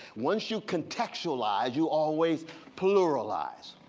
once you contextualize, you always pluralize.